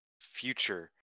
future